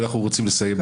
ואנחנו רוצים לסיים בזמן.